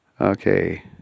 Okay